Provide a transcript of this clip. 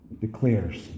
declares